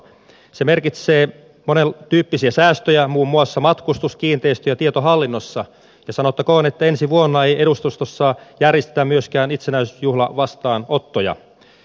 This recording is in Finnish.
se merkitsee monentyyppisiä säästöjä muun muassa matkustus kiinteistö ja tietohallinnossa ja sanottakoon että ensi vuonna ei edustustoissa järjestetä myöskään itsenäisyysjuhlavastaanottoja